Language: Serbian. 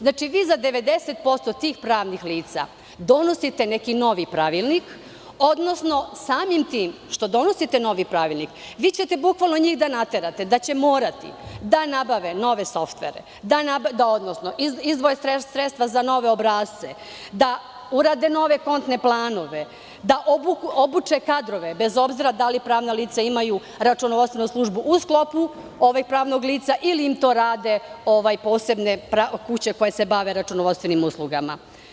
Znači, vi za 90% tih pravnih lica donosite neki novi pravilnik, odnosno samim tim što donosite novi pravilnik, vi ćete bukvalno njih da naterate da će morati da nabave nove softvere, da izdvoje sredstva za nove obrasce, da urade nove kontne planove, da obuče kadrove, bez obzira da li pravna lica imaju računovodstvenu službu u sklopu pravnog lica ili im to rade posebne kuće koje se bave računovodstvenim uslugama.